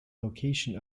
location